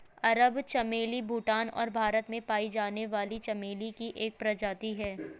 अरब चमेली भूटान और भारत में पाई जाने वाली चमेली की एक प्रजाति है